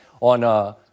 on